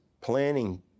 planning